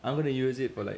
I'm gonna use it for like